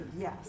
yes